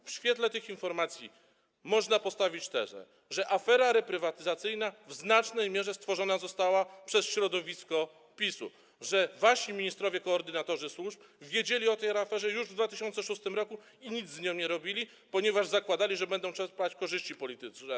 W świetle tych informacji można postawić tezę, że afera reprywatyzacyjna w znacznej mierze została stworzona przez środowisko PiS-u, że wasi ministrowie, koordynatorzy służb wiedzieli o tej aferze już w 2006 r. i nic z nią nie robili, ponieważ zakładali, że będą z tego czerpać korzyści polityczne.